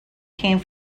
came